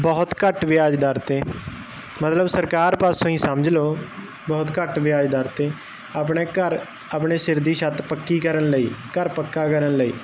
ਬਹੁਤ ਘੱਟ ਵਿਆਜ਼ ਦਰ ਤੇ ਮਤਲਬ ਸਰਕਾਰ ਪਾਸੋਂ ਈ ਸਮਝ ਲਓ ਬਹੁਤ ਘੱਟ ਵਿਆਜ਼ ਦਰ ਤੇ ਆਪਣੇ ਘਰ ਆਪਣੇ ਸਿਰ ਦੀ ਛੱਤ ਪੱਕੀ ਕਰਨ ਲਈ ਘਰ ਪੱਕਾ ਕਰਨ ਲਈ